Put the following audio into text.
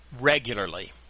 regularly